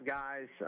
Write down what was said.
guys